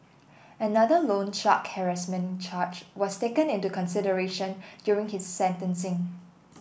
another loan shark harassment charge was taken into consideration during his sentencing